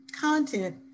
content